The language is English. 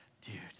dude